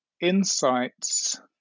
insights